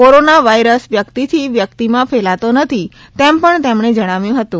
corona virus વ્યક્તિથી વ્યક્તિમાં ફેલાતો નથી તેમ તેમણે જણાવ્યુ હતું